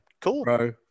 Cool